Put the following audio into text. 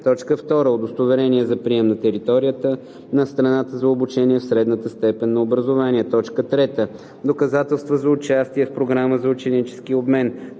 2. удостоверение за прием на територията на страната за обучение в средната степен на образование; 3. доказателства за участие в програма за ученически обмен;